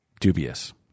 dubious